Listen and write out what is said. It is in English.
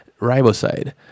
riboside